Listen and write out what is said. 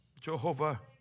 Jehovah